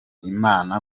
imana